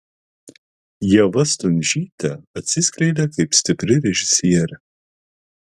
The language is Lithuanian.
ieva stundžytė atsiskleidė kaip stipri režisierė